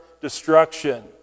destruction